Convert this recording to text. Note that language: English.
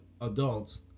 adults